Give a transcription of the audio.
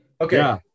Okay